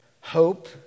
hope